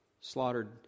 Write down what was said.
slaughtered